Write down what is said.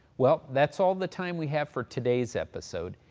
well, that's all the time we have for today's episode.